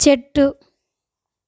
చెట్టు